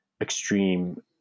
extreme